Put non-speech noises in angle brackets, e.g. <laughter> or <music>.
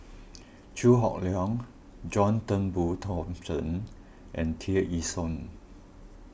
<noise> Chew Hock Leong John Turnbull Thomson and Tear Ee Soon